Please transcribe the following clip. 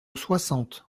soixante